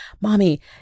mommy